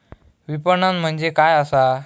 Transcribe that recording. विपणन म्हणजे काय असा?